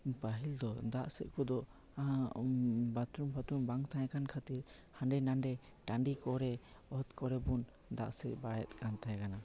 ᱯᱟᱹᱦᱤᱞ ᱫᱚ ᱫᱟᱜ ᱥᱮᱡ ᱠᱚᱫᱚ ᱵᱟᱫᱽᱨᱩᱢ ᱯᱷᱟᱛᱨᱩᱢ ᱵᱟᱝ ᱛᱟᱦᱮᱸ ᱠᱟᱱ ᱠᱷᱟᱹᱛᱤᱨ ᱦᱟᱸᱰᱮ ᱱᱟᱰᱮ ᱴᱟᱺᱰᱤ ᱠᱚᱨᱮ ᱚᱛ ᱠᱚᱨᱮ ᱵᱚ ᱫᱟᱜ ᱥᱮᱡ ᱵᱟᱲᱟᱭᱮᱫ ᱠᱟᱱ ᱛᱟᱦᱮᱱᱟ